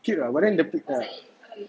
cute lah but then the pic lah